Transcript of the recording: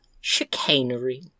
chicanery